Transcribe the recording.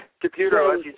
computer